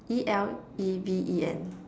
E_L_E_V_E_N